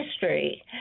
history